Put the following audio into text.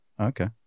Okay